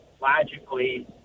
logically